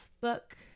book